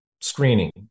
screening